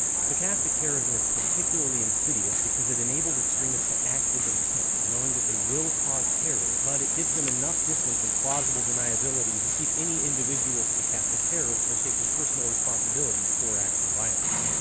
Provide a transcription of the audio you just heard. stochastic terrorism is particularly insidious because it enables extremists to act with intent, knowing that they will cause terror but it gives them enough distance and plausible deniability to keep any individual stochastic terrorists from taking personal responsibility for acts of violence.